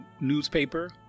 newspaper